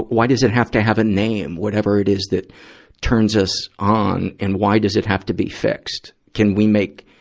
why does it have to have a name, whatever it is that turns us on? and why does it have to be fixed? can we make,